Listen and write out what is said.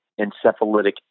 encephalitic